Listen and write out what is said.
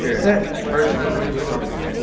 yeah sit. first time in new york man.